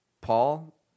Paul